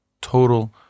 total